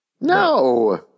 No